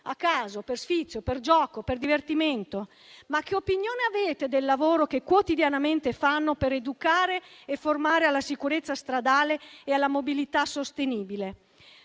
a caso, per sfizio, per gioco, per divertimento? Che opinione avete del lavoro che quotidianamente fanno per educare e formare alla sicurezza stradale e alla mobilità sostenibile?